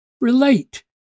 relate